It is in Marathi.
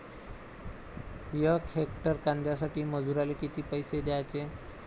यक हेक्टर कांद्यासाठी मजूराले किती पैसे द्याचे?